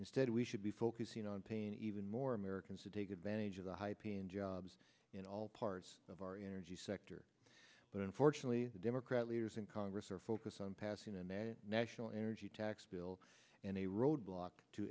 instead we should be focusing on paying even more americans to take advantage of the high paying jobs in all parts of our energy sector but unfortunately the democrat leaders in congress are focused on passing a net national energy tax bill and a road block to